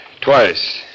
twice